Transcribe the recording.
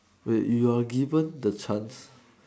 wait you are given the chance